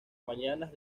mañanas